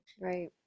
right